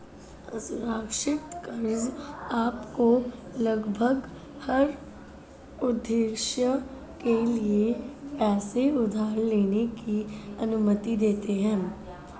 असुरक्षित कर्ज़ आपको लगभग हर उद्देश्य के लिए पैसे उधार लेने की अनुमति देते हैं